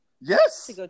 yes